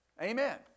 amen